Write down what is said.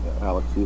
Alex